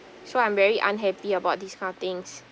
so I'm very unhappy about this kind of things